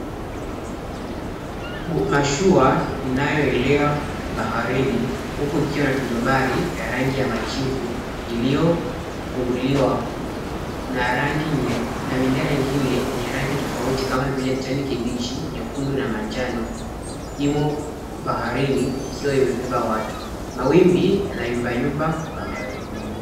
Mashua inayoelea baharini, huko njiani kibandari ya rangi ya majivu, iliyofunguliwa. Na rangi na bendera ingine yenye rangi tofauti kama vile kibichi, nyekundu na manjano imo baharini ikiwa imebeba watu. Mawimbi yanayumbayumba baharini.